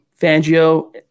Fangio